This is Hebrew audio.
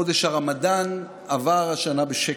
חודש הרמדאן עבר השנה בשקט.